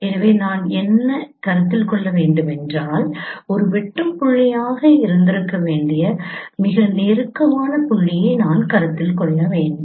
எனவே நான் என்ன கருத்தில் கொள்ள வேண்டுமென்றால் ஒரு வெட்டும் புள்ளியாக இருந்திருக்க வேண்டிய மிக நெருக்கமான புள்ளியை நான் கருத்தில் கொள்ள வேண்டும்